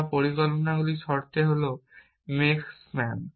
যা পরিকল্পনার শর্তে কল মেক স্প্যান